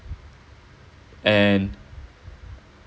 and